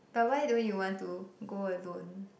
but why don't you want to go alone